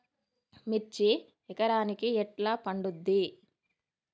మిర్చి ఎకరానికి ఎట్లా పండుద్ధి?